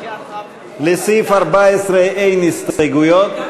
לסעיף 14 אין הסתייגויות,